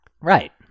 Right